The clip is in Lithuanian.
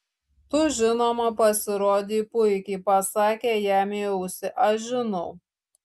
tu žinoma pasirodei puikiai pasakė jam į ausį aš žinau